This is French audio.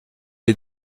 est